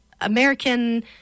American